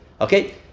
Okay